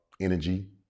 energy